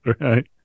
Right